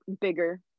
bigger